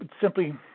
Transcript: simply